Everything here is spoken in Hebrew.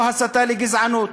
או הסתה לגזענות.